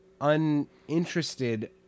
Uninterested